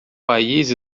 país